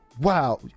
wow